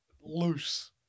Loose